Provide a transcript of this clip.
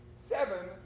Seven